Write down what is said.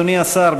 אדוני השר,